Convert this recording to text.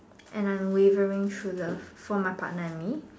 and unwavering true love for my partner and me